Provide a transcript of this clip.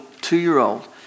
two-year-old